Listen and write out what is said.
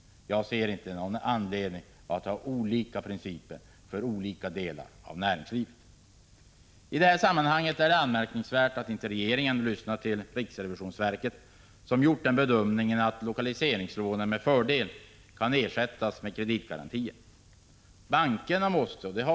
Jag ser ingen anledning att ha olika principer för olika delar av näringslivet. I det här sammanhanget är det anmärkningsvärt att regeringen inte lyssnat till riksrevisionsverket , som gjort den bedömningen att lokaliseringslånen med fördel kan ersättas med kreditgarantier.